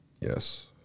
Yes